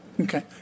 Okay